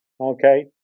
Okay